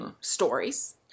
stories